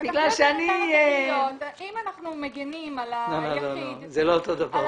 אם אנחנו מגינים על היחיד ועל שמו --- זה לא אותו דבר.